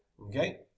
Okay